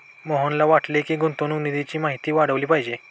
मोहनला वाटते की, गुंतवणूक निधीची माहिती वाढवली पाहिजे